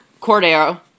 Cordero